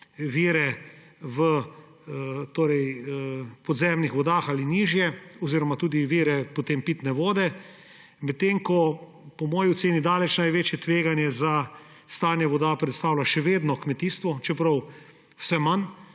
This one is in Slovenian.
vire v podzemnih vodah ali nižje oziroma tudi vire potem pitne vode, medtem ko po moji oceni daleč največje tveganje za stanje voda predstavlja še vedno kmetijstvo, čeprav vse manj